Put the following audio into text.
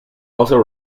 also